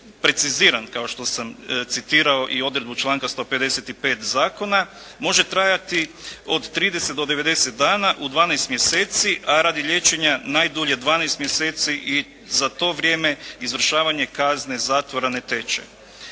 preciziran kao što sam citirao i odredbu članka 155. zakona može trajati od 30 do 90 dana u 12 mjeseci, a radi liječenja najdulje 12 mjeseci. I za to vrijeme izvršavanje kazne zatvora ne teče.